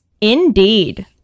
Indeed